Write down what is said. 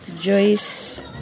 Joyce